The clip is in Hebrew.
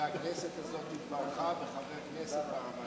והכנסת הזאת התברכה בחבר כנסת ברמה שלך.